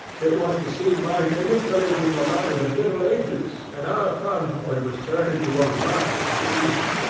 it was to see my native village in the light of the middle ages, and our concord was turned into a rhine stream,